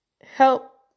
help